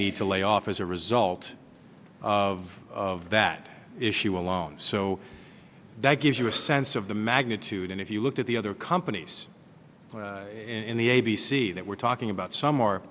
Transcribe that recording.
need to lay off as a result of that issue alone so that gives you a sense of the magnitude and if you look at the other companies in the a b c that we're talking about some are